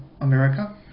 America